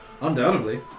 Undoubtedly